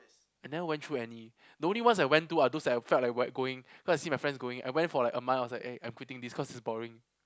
I never went through any the only ones I went to are those that I felt like going because I see my friends going I went for like a month I was like eh I'm quitting this cause it's boring